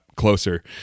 closer